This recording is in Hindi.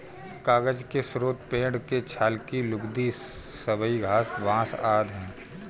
कागज के स्रोत पेड़ के छाल की लुगदी, सबई घास, बाँस आदि हैं